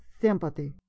sympathy